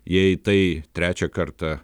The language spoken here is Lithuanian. jei tai trečią kartą